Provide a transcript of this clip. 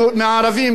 כאויב,